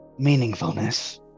meaningfulness